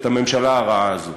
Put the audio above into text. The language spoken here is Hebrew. את הממשלה הרעה הזו.